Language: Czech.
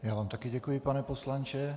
Já vám také děkuji, pane poslanče.